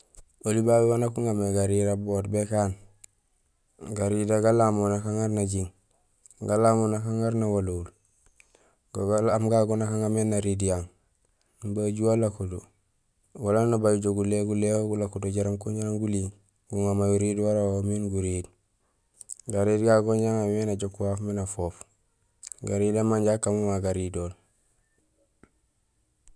Oli babé waan nak uŋamé garira boot ékaan, garira galamool nak aŋaar najiiŋ, galamool nak aŋaar nawalowul. Go galaam gagu go nak aŋarmé nariir yang imbi aju alako do wala nabaaj do guléé, guléhol gulakao do jaraam kun jaraam guling, guŋar may uriir wara wo miin guriir. Gariir go inja aŋaar mé najook waaf miin afoop. Garira ma inja akaan mama garirool.